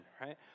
right